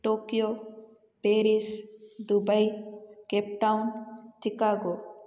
Tokyo Paris Dubai Cape Town Chicago